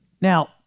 Now